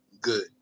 good